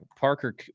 Parker